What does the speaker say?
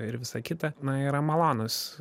ir visa kita na yra malonūs